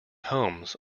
homes